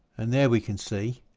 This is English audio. and there we can see